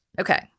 Okay